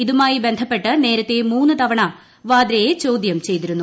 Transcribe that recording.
ഇതുമായി ബന്ധപ്പെട്ട് നേരത്തെ മൂന്ന് തവണ വാദ്രയെ ചോദ്യം ചെയ്തിരുന്നു